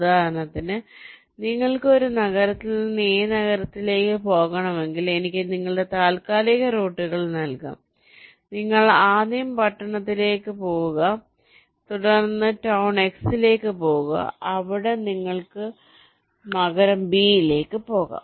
ഉദാഹരണത്തിന് നിങ്ങൾക്ക് ഒരു നഗരത്തിൽ നിന്ന് a നഗരത്തിലേക്ക് പോകണമെങ്കിൽ എനിക്ക് നിങ്ങളുടെ താൽക്കാലിക റൂട്ടുകൾ നൽകാം നിങ്ങൾ ആദ്യം പട്ടണത്തിലേക്ക് പോകുക തുടർന്ന് ടൌൺ x ലേക്ക് പോകുക അവിടെ നിന്ന് നിങ്ങൾക്ക് നഗരം b യിലേക്ക് പോകാം